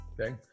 Okay